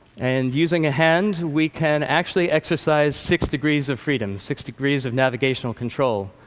and, using a hand, we can actually exercise six degrees of freedom, six degrees of navigational control.